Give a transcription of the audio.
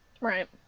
Right